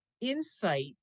insight